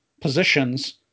positions